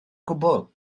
gwbl